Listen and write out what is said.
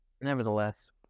nevertheless